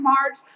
March